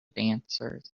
dancers